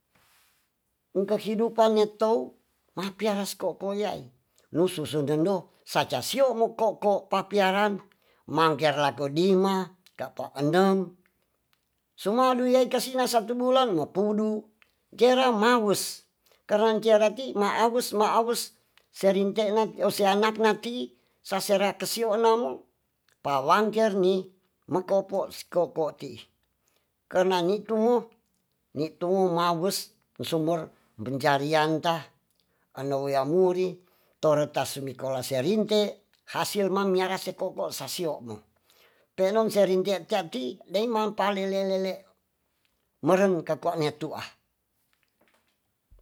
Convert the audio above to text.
Ungkehidupan netou maspiara ko''koya eh lususudendong sacasio moko'ko papiaran mangker lakodima kapa enem sumo dumo ikasina satubolan mo pudu jera mawes kancearati maawes maawes serinte na teose anakna ti sasera kesiwona pawangkerni mekopo si kopoti karna nitumu nitumu mawes musuwur pencarian ta anoweamuri tasumokolaserinte hasil mamiara se ko'ko sasio'mo tenun serinte tiati deng mampalelele'meren kakua netua.